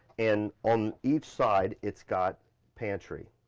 and on each side, it's got pantry.